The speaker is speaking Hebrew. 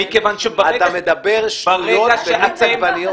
אתה מדבר שטויות במיץ עגבניות.